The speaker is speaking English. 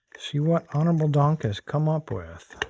see what honorable donk has come up with.